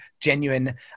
genuine